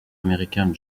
américain